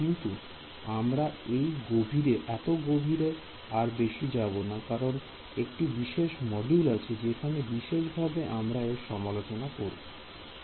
কিন্তু আমরা এর গভীরে আর বেশি যাব না কারণ একটি বিশেষ মডিউল আছে যেখানে বিশেষভাবে আমরা এর সমালোচনা করবো